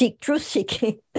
truth-seeking